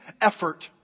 effort